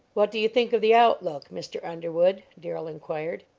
what do you think of the outlook, mr. underwood? darrell inquired.